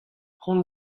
hon